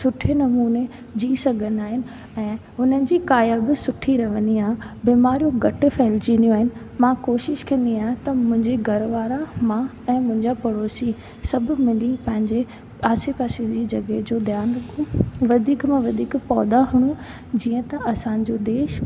सुठे नमूने जी सघंदा आहिनि ऐं हुननि जी काया बि सुठी रहंदी आहे बीमारियूं घटि फैलिजंदियूं आहिनि मां कोशिश कंदी आहियां त मुंहिंजे घर वारा मां ऐं मुंहिंजा पड़ोसी सभु मिली पंहिंजे आसे पासे जी जॻह जो ध्यान रखूं वधीक मां वधीक पौधा हणूं जीअं त असांजो देश